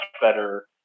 better